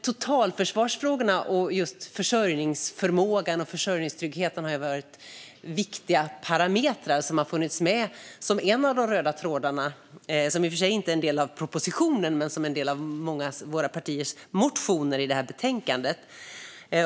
Totalförsvarsfrågan och just försörjningsförmågan och försörjningstryggheten har varit viktiga parametrar som har funnits med som en av de röda trådarna, kanske inte i propositionen men i många av partiernas motioner i detta betänkande.